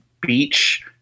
beach